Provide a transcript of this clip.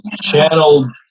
channeled